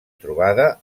trobada